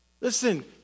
Listen